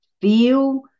feel